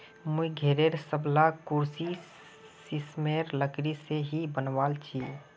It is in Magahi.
मुई घरेर सबला कुर्सी सिशमेर लकड़ी से ही बनवाल छि